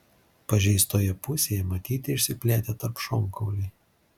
pažeistoje pusėje matyti išsiplėtę tarpšonkauliai